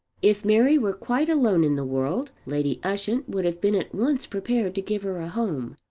if mary were quite alone in the world lady ushant would have been at once prepared to give her a home.